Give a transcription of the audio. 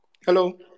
Hello